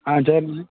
ஆ சரிண்ணே